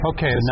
Okay